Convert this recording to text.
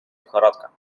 лихорадка